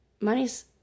money's